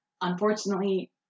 unfortunately